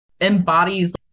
embodies